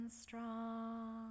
strong